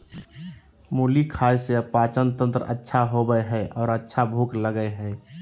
मुली खाय से पाचनतंत्र अच्छा होबय हइ आर अच्छा भूख लगय हइ